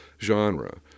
genre